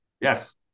Yes